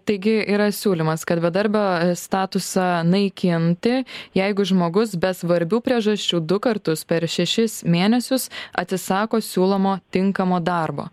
taigi yra siūlymas kad bedarbio statusą naikinti jeigu žmogus be svarbių priežasčių du kartus per šešis mėnesius atsisako siūlomo tinkamo darbo